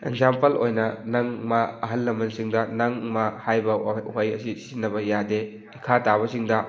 example ꯑꯣꯏꯅ ꯅꯪ ꯃꯥ ꯑꯍꯜ ꯂꯃꯜꯁꯤꯡꯗ ꯅꯪ ꯃꯥ ꯍꯥꯏꯕ ꯋꯥꯍꯩ ꯑꯁꯤ ꯁꯤꯖꯤꯟꯅꯕ ꯌꯥꯗꯦ ꯏꯈꯥ ꯇꯥꯕꯁꯤꯡꯗ